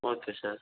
okay sir